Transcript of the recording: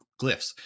glyphs